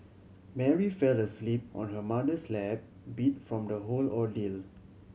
Mary fell asleep on her mother's lap beat from the whole ordeal